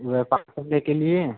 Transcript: व्यापार करने के लिए